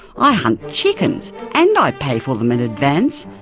i hunt chickens and i pay for them in advance.